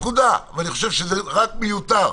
זה רק מיותר.